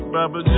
Baba